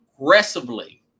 aggressively